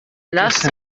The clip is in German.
lass